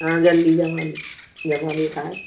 हाँ जल्दी जमाने जमाने का है